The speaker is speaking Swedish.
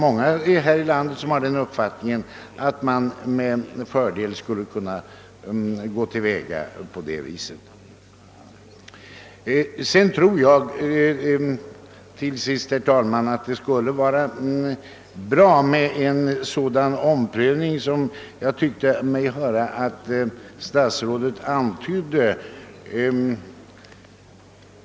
Många här i landet har den uppfattningen, att man med fördel kunde gå till väga på det viset även här. Till sist, herr talman, tror jag att det skulle vara bra att företa en sådan omprövning som jag tyckte mig höra att statsrådet antydde.